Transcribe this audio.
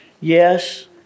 Yes